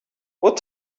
what